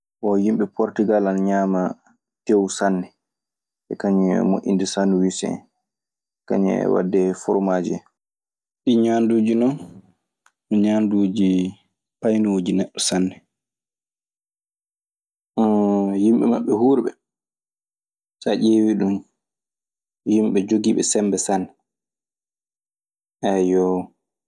Bon yimɓe portigal ana ñaama teew sanne, e kañun e sandwiis en, kañun e waɗde foromaas en. Ɗi ñaanduuji non, ñaanduuji paynooji neɗɗo sanne. yimɓe maɓɓe huurɓe, sa ƴeewi ɗun, yimɓe jogiiɓe semmbe sanne. Ayyo.